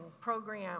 program